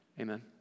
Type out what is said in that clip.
amen